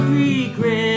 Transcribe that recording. regret